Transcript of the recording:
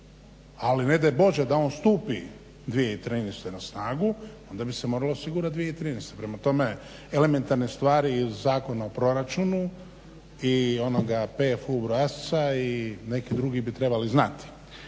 Ali ne daj Bože da on stupi 2013.na snagu onda bi se morala osigurati 2013. Prema tome elementarne stvari iz zakona o proračunu i onoga PFU obrasca i neki drugi bi trebali znati.